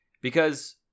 because-